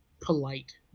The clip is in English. polite